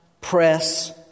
press